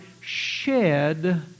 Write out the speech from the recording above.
shed